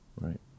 Right